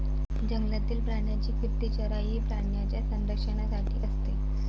जंगलातील प्राण्यांची फिरती चराई ही प्राण्यांच्या संरक्षणासाठी असते